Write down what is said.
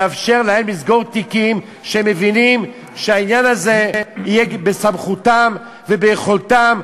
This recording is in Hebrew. לאפשר להם לסגור תיקים כשהם מבינים שהעניין הזה בסמכותם וביכולתם,